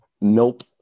Nope